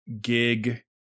gig